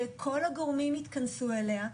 שכל הגורמים יתכנסו אליה.